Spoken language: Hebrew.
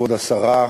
כבוד השרה,